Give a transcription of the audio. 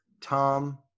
Tom